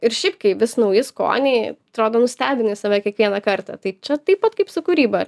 ir šiaip kai vis nauji skoniai atrodo nustebini save kiekvieną kartą tai čia taip pat kaip su kūryba ar